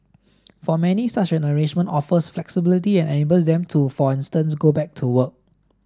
for many such an arrangement offers flexibility and enables them to for instance go back to work